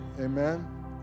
Amen